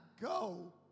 go